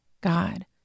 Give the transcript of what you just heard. God